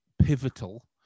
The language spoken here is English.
pivotal